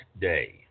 Day